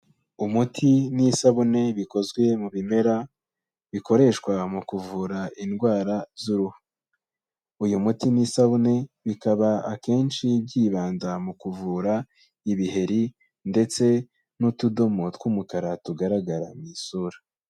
Umuti n'isabune bikozwe mu bimera bikoreshwa mu kuvura indwara z'uruhu, uyu muti n'isabune bikaba akenshi byibanda mu kuvura ibiheri, ndetse n'utudomo tw'umukara tugaragara mu isura.